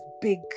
big